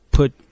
Put